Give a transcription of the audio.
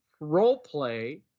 roleplay